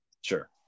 sure